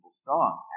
strong